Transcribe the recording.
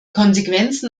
konsequenzen